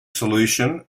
solution